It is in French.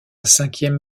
cinquième